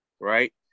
right